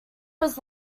was